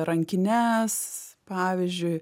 rankines pavyzdžiui